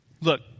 Look